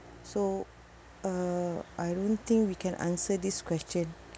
so uh I don't think we can answer this question